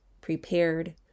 prepared